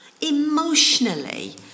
emotionally